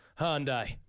Hyundai